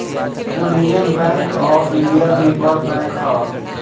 union Bank of India भी बड़ bank हअ